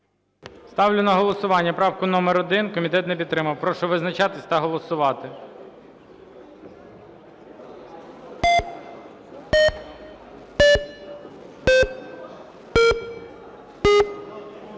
Ставлю на голосування 8 правку. Комітет не підтримав. Прошу визначатися та голосувати.